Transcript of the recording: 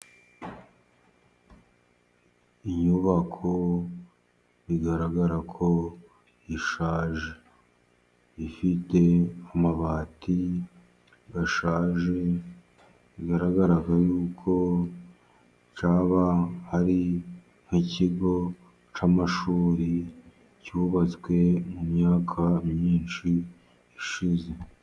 Inyubako bigaragara ko ishaje ifite amabati gashaje, bigaragara yuko cyaba ari nk'ikigo cy'amashuri, cyubatswe mu myaka myinshi yashize.